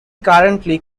currently